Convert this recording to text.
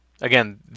Again